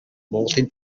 монголын